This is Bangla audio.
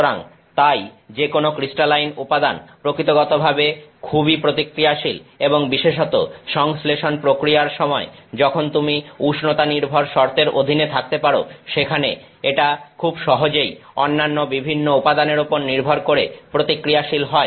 সুতরাং তাই যেকোনো ক্রিস্টালাইন উপাদান প্রকৃতিগতভাবে খুবই প্রতিক্রিয়াশীল এবং বিশেষত সংশ্লেষণ প্রক্রিয়ার সময় যখন তুমি উষ্ণতা নির্ভর শর্তের অধীনে থাকতে পারো সেখানে এটা খুব সহজেই অন্যান্য বিভিন্ন উপাদানের উপর নির্ভর করে প্রতিক্রিয়াশীল হয়